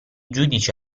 giudici